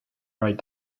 right